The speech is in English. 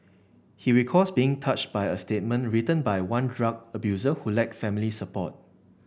he recalls being touched by a statement written by one drug abuser who lacked family support